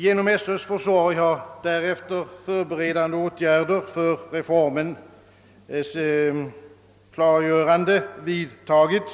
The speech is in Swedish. Genom Sö:s försorg har därefter förberedande åtgärder för klargörande av reformens innebörd vidtagits